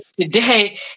today